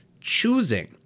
choosing